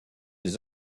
des